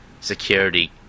security